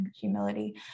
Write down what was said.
humility